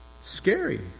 Scary